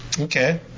Okay